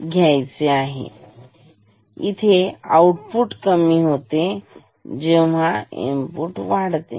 output कमी होते जेव्हा इनपुट वाढते